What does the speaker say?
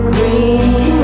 Green